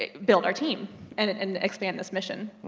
ah build our team and and and expand this mission.